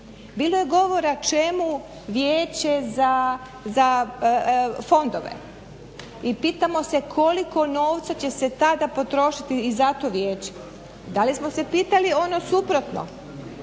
Bilo je govora čemu vijeće za fondove i pitamo se koliko novca će se tada potrošiti i za to vijeće? Da li smo se pitali ono suprotno,